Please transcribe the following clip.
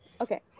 Okay